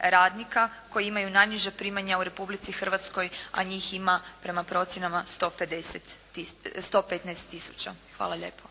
radnika koji imaju najniža primanja u Republici Hrvatskoj a njih ima prema procjenama 115 tisuća. Hvala lijepo.